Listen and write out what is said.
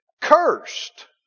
Cursed